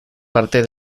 parte